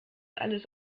alles